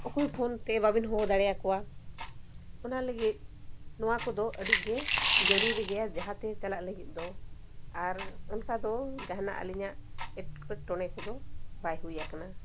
ᱚᱠᱚᱭ ᱯᱷᱳᱱᱛᱮ ᱵᱟᱹᱵᱤᱱ ᱦᱚᱦᱚ ᱫᱟᱲᱮᱭᱟᱠᱚᱣᱟ ᱚᱱᱟ ᱞᱟᱹᱜᱤᱫ ᱱᱚᱣᱟ ᱠᱚᱫᱚ ᱟᱹᱰᱤᱜᱮ ᱡᱟᱹᱨᱩᱨᱤ ᱜᱮᱭᱟ ᱡᱟᱦᱟᱸᱛᱮ ᱪᱟᱞᱟᱜ ᱞᱟᱹᱜᱤᱫ ᱫᱚ ᱟᱨ ᱚᱱᱠᱟ ᱫᱚ ᱡᱟᱦᱟᱱᱟᱜ ᱟᱹᱞᱤᱧᱟᱜ ᱮᱴᱠᱮᱴᱚᱬᱮ ᱠᱚᱫᱚ ᱵᱟᱭ ᱦᱩᱭ ᱟᱠᱟᱱᱟ